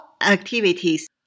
activities